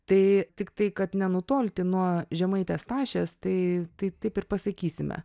tai tiktai kad nenutolti nuo žemaitės tašės tai tai taip ir pasakysime